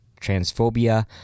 transphobia